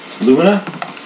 Lumina